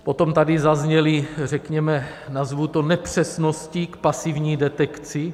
Potom tady zazněly, řekněme, nazvu to nepřesnosti k pasivní detekci.